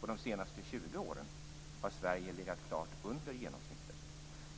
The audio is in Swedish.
Och de senaste 20 åren har Sverige legat klart under genomsnittet.